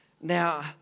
Now